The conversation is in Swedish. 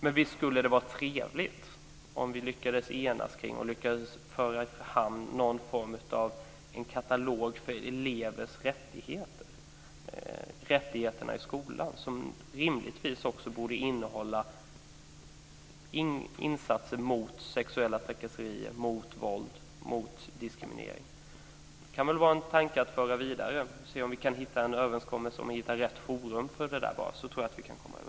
Men visst skulle det vara trevligt om vi lyckades enas kring en katalog för elevers rättigheter i skolan. Den borde rimligtvis också innehålla insatser mot sexuella trakasserier, våld och diskriminering. Det är en tanke att föra vidare. Jag tror att vi kan komma överens, bara vi kan hitta rätt forum.